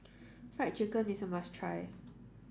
fried chicken is a must try